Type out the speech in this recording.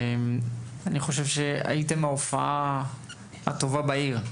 אני חושב שהייתם ההופעה הטובה בעיר.